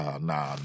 nah